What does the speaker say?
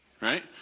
right